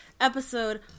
Episode